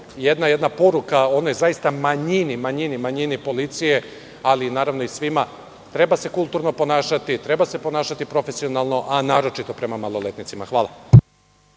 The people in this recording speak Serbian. jedna poruka manjini policije, ali i svima. Treba se kulturno ponašati, treba se ponašati profesionalno, a naročito prema maloletnicima. Hvala.